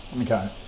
Okay